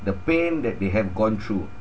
the pain that they have gone through